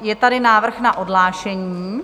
Je tady návrh na odhlášení.